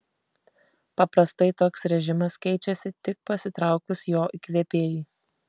paprastai toks režimas keičiasi tik pasitraukus jo įkvėpėjui